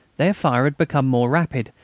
their fire had become more rapid,